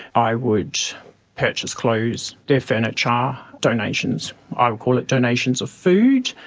i would purchase clothes, their furniture, donations, i would call it donations of food.